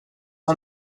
har